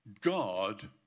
God